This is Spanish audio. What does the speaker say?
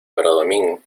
bradomín